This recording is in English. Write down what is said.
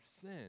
sin